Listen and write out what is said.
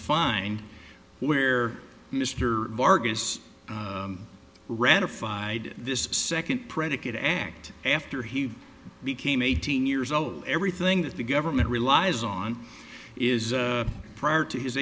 find where mr vargas ratified this second predicate act after he became eighteen years old everything that the government relies on is prior to his